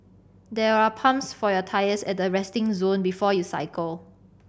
there are pumps for your tyres at the resting zone before you cycle